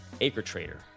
AcreTrader